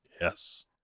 Yes